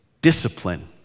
discipline